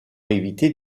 éviter